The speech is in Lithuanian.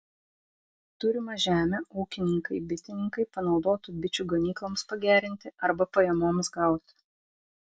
turimą žemę ūkininkai bitininkai panaudotų bičių ganykloms pagerinti arba pajamoms gauti